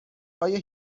آیا